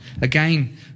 Again